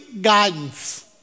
guidance